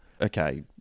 okay